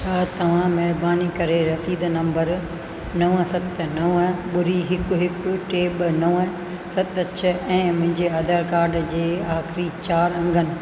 छा तव्हां महिरबानी करे रसीद नम्बर नव सत नव ॿुड़ी हिकु हिकु टे ॿ नव सत छ ऐं मुहिंजे आधार कार्ड जे आखरीं चारि अङनि